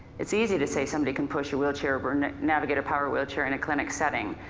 it's easy to say somebody can push a wheelchair or but and navigate a power wheelchair in a clinic setting.